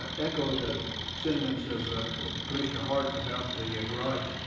ah echo the sentiments of commissioner hart about the garage.